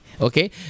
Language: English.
Okay